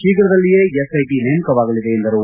ಶೀಘ್ರದಲ್ಲಿಯೇ ಎಸ್ಐಟಿ ನೇಮಕವಾಗಲಿದೆ ಎಂದರು